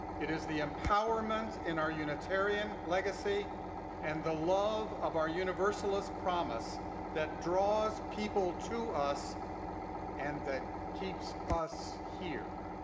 it is the empowerment in our unitarian legacy and the love of our universalist promise that draws people to us and that keeps us here.